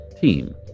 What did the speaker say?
Team